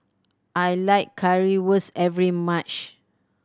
I like Currywurst every much